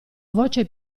voce